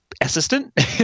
assistant